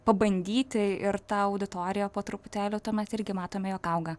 pabandyti ir ta auditorija po truputėlį tuomet irgi matome jog auga